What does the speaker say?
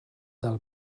del